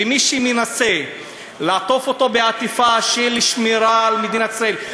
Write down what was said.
ומי שמנסה לעטוף אותו בעטיפה של שמירה על מדינת ישראל,